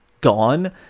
gone